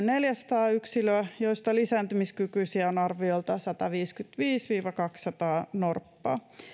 neljäsataa yksilöä joista lisääntymiskykyisiä on arviolta sataviisikymmentäviisi viiva kaksisataa norppaa